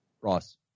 Ross